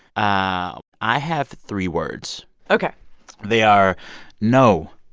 ah i have three words ok they are no,